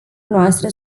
noastre